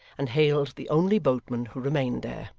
and hailed the only boatman who remained there.